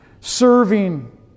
Serving